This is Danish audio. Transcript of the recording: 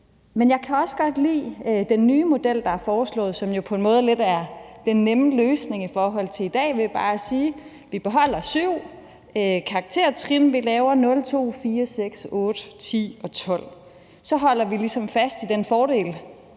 men jeg kan også godt lide den nye model, der er foreslået, og som jo på en måde lidt er den nemme løsning i forhold til i dag, som bare er at sige, at vi beholder syv karaktertrin. Vi laver 0, 2, 4, 6, 8, 10 og 12, for så holder vi ligesom fast i den fordel,